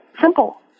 Simple